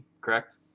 correct